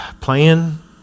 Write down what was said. playing